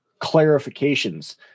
clarifications